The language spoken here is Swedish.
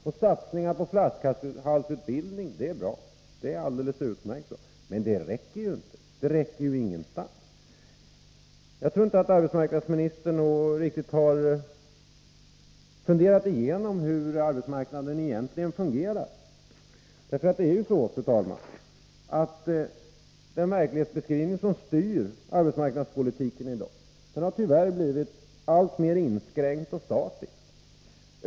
Att satsa på flaskhalsutbildning är bra. Det är alldeles utmärkt, men det räcker inte. Jag tror inte att arbetsmarknadsministern riktigt har funderat igenom hur arbetsmarknaden egentligen fungerar. Det är ju så, fru talman, att den verklighetsbeskrivning som styr arbetsmarknadspolitiken i dag tyvärr har blivit allt mer inskränkt och statisk.